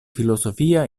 filosofia